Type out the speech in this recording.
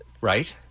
Right